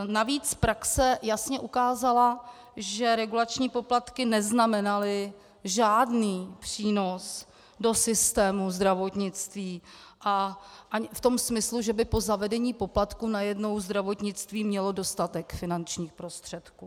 Navíc praxe jasně ukázala, že regulační poplatky neznamenaly žádný přínos do systému zdravotnictví v tom smyslu, že by po zavedení poplatků najednou zdravotnictví mělo dostatek finančních prostředků.